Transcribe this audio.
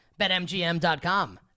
betmgm.com